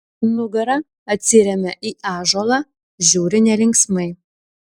nugara atsiremia į ąžuolą žiūri nelinksmai